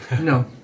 No